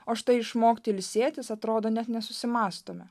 o štai išmokti ilsėtis atrodo net nesusimąstome